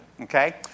okay